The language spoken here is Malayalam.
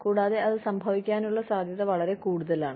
കൂടാതെ അത് സംഭവിക്കാനുള്ള സാധ്യത വളരെ കൂടുതലാണ്